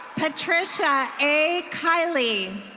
patricia a kylie.